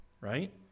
right